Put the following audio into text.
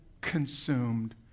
consumed